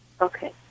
Okay